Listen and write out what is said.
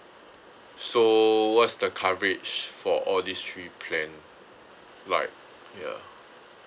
so what's the coverage for all these three plan like ya